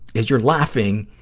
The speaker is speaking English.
as you're laughing,